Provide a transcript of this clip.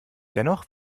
dennoch